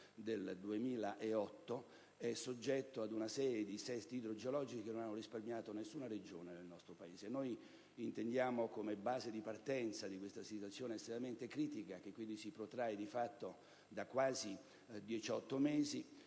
2008 è soggetto ad una serie di dissesti idrogeologici che non hanno risparmiato nessuna sua Regione. Intendiamo come base di partenza di questa situazione estremamente critica che si protrae, di fatto, da quasi 18 mesi,